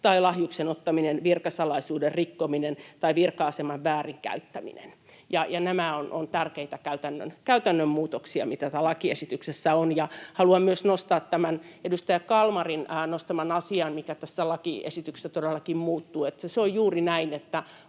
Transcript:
tai lahjuksen ottaminen, virkasalaisuuden rikkominen tai virka-aseman väärinkäyttäminen. Nämä ovat tärkeitä käytännön muutoksia, mitä tässä lakiesityksessä on. Haluan myös nostaa tämän edustaja Kalmarin nostaman asian, mikä tässä lakiesityksessä todellakin muuttuu, että se on juuri näin, että